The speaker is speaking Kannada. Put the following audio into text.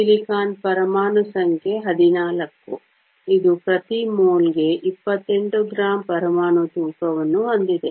ಸಿಲಿಕಾನ್ ಪರಮಾಣು ಸಂಖ್ಯೆ 14 ಇದು ಪ್ರತಿ ಮೋಲ್ಗೆ 28 ಗ್ರಾಂ ಪರಮಾಣು ತೂಕವನ್ನು ಹೊಂದಿದೆ